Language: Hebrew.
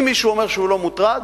אם מישהו אומר שהוא לא מוטרד,